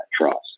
trust